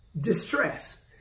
distress